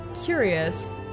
curious